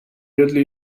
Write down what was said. ridley